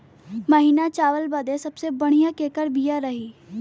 महीन चावल बदे सबसे बढ़िया केकर बिया रही?